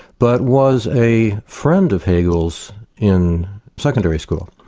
but was a friend of hegel's in secondary school,